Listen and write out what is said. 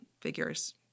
figures